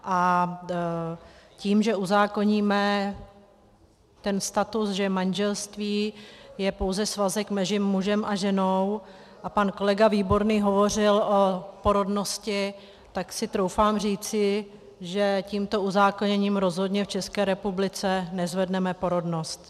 A tím, že uzákoníme ten status, že manželství je pouze svazek mezi mužem a ženou a pan kolega Výborný hovořil o porodnosti, tak si troufám říci, že tímto uzákoněním rozhodně v České republice nezvedneme porodnost.